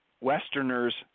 Westerners